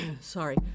sorry